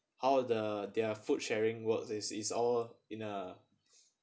how the their food sharing works it is all in a